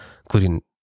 including